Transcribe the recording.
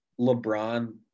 LeBron